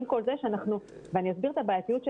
עם כל זה - ואני אסביר את הבעייתיות של